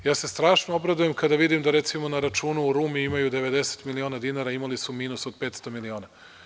Ja se strašno obradujem kada vidim da, recimo, na računu u Rumi imaju 90 miliona dinara, a imali su minus od 500 miliona.